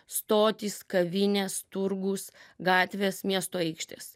stotys kavinės turgūs gatvės miesto aikštės